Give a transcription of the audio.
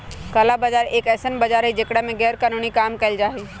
काला बाजार एक ऐसन बाजार हई जेकरा में गैरकानूनी काम कइल जाहई